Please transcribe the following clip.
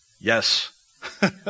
yes